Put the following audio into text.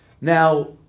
now